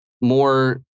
more